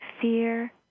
fear